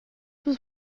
was